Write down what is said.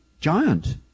giant